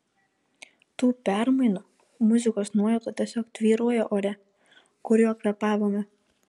tų permainų muzikos nuojauta tiesiog tvyrojo ore kuriuo kvėpavome